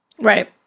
Right